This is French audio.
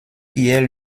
pierre